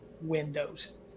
windows